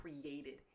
created